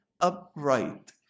upright